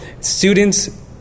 students